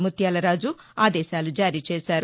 ముత్యాలరాజు ఆదేశాలు జారీచేశారు